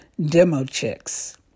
DemoChicks